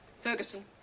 Ferguson